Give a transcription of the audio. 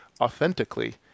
authentically